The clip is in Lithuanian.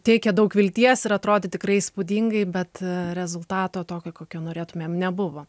teikė daug vilties ir atrodė tikrai įspūdingai bet rezultato tokio kokio norėtumėm nebuvo